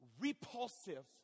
repulsive